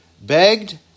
begged